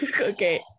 Okay